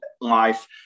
life